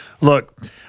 Look